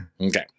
Okay